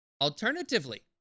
Alternatively